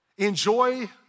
Enjoy